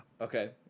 Okay